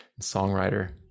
songwriter